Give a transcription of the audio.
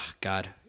God